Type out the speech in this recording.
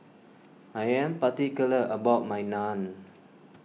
I am particular about my Naan